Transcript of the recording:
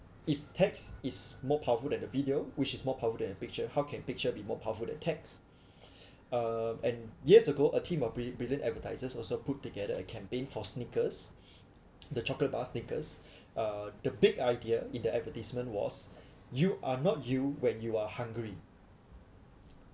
if text is more powerful than the video which is more powerful than a picture how can picture be more powerful than text uh and years ago a team of bril~ brilliant advertisers also put together a campaign for Snickers the chocolate bar Snickers uh the big idea in the advertisement was you are not you when you are hungry